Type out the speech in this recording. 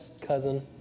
cousin